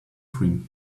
cream